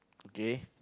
gay